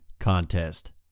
contest